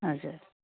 हजुर